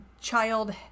child